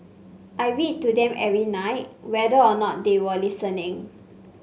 I read to them every night whether or not they were listening